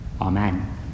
Amen